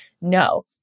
No